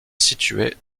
située